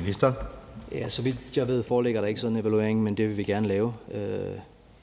Jørgensen): Så vidt jeg ved, foreligger der ikke sådan en evaluering, men det vil vi gerne lave.